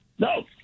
No